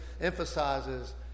emphasizes